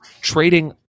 trading